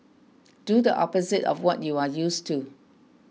do the opposite of what you are used to